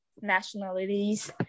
nationalities